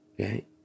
Okay